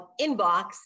inbox